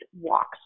walks